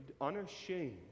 unashamed